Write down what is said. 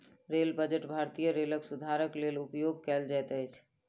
rail budget भारतीय रेलक सुधारक लेल उपयोग कयल जाइत अछि